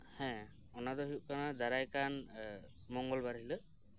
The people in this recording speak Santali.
ᱦᱮᱸ ᱚᱱᱟᱫᱚ ᱦᱩᱭᱩᱜ ᱠᱟᱱᱟ ᱫᱟᱨᱟᱭ ᱠᱟᱱ ᱢᱚᱝᱜᱚᱞ ᱵᱟᱨ ᱦᱤᱞᱳᱜ